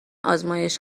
آزمایش